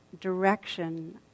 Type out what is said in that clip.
direction